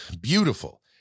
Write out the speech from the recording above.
beautiful